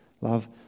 Love